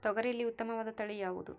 ತೊಗರಿಯಲ್ಲಿ ಉತ್ತಮವಾದ ತಳಿ ಯಾವುದು?